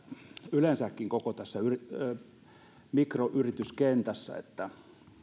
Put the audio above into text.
yleensäkin koko tässä mikroyrityskentässä sellaisia toimenpiteitä että